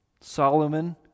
Solomon